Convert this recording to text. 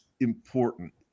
important